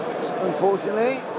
unfortunately